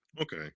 Okay